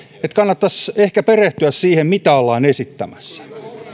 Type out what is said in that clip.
kannattaisi ehkä perehtyä siihen mitä ollaan esittämässä